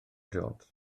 jones